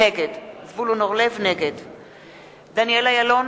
נגד דניאל אילון,